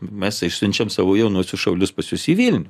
mes išsiunčiam savo jaunuosius šaulius pas jus į vilnių